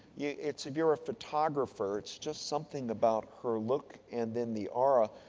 yeah it's, you're a photographer, it's just something about her look and then the aura.